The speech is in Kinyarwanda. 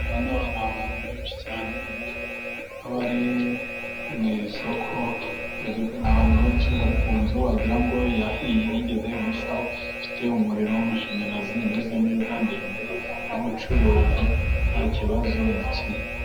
Hano hari abantu benshi cyane bameze nk'abari mu isoko, abantu benshi bari ku nzu wagira ngo yahiye, yigeze gushyaho, ifite umuriro w'amashanyarazi umeze neza ndetse n'ubucuruzi, nta kibazo na kimwe.